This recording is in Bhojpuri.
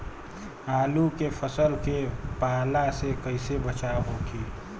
आलू के फसल के पाला से कइसे बचाव होखि?